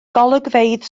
golygfeydd